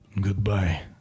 Goodbye